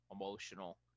emotional